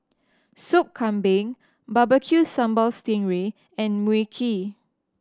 Soup Kambing bbq sambal sting ray and Mui Kee